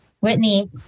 Whitney